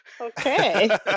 Okay